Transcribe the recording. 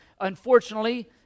unfortunately